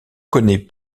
connaît